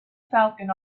falcon